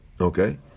Okay